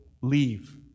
leave